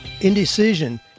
indecision